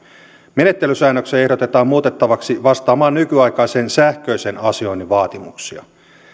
menettelysäännöksiä ehdotetaan muutettavaksi vastaamaan nykyaikaisen sähköisen asioinnin vaatimuksia